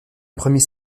premiers